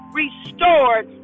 restored